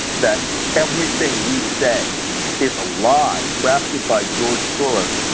that everything we say is a lie crafted by george soros,